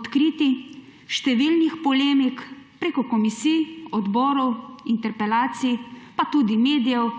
odkritij, številnih polemik, preko komisij, odborov, interpelacij, pa tudi medijev